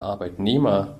arbeitnehmer